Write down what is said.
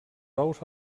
ous